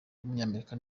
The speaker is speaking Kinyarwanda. w’umunyamerika